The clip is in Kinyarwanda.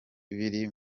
biri